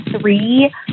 three